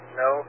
no